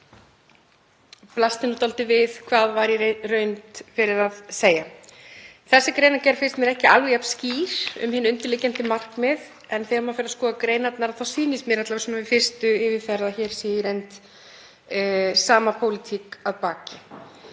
blasti nú dálítið við hvað væri í reynd verið að segja. Þessi greinargerð finnst mér ekki alveg jafn skýr um hin undirliggjandi markmið. En þegar maður fer að skoða greinarnar þá sýnist mér, alla vega við fyrstu yfirferð, að hér sé í reynd sama pólitík að baki.